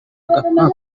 agapapuro